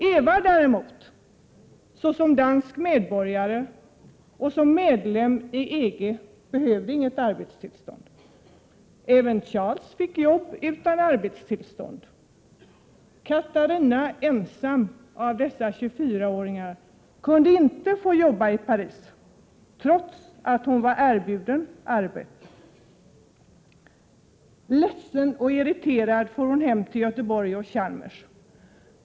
Eva däremot, såsom dansk medborgare och därmed inbegripen i det danska medlemskapet EG, behövde inget arbetstillstånd. Även den engelske teknologen Charles fick jobb utan arbetstillstånd. Katarina ensam av dessa 24-åringar kunde inte få jobba i Paris, trots att hon var erbjuden arbete. Ledsen och irriterad for hon hem till Göteborg och Chalmers.